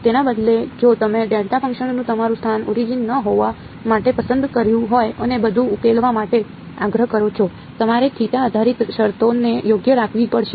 તેના બદલે જો તમે ડેલ્ટા ફંક્શનનું તમારું સ્થાન ઓરિજિન ન હોવા માટે પસંદ કર્યું હોય અને બધું ઉકેલવા માટે આગ્રહ કરો છો તમારે થીટા આધારિત શરતોને યોગ્ય રાખવી પડશે